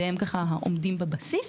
והם עומדים בבסיס,